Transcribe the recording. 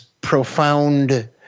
profound